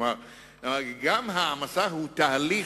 גם העמסה היא תהליך,